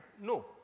No